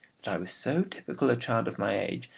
that i was so typical a child of my age,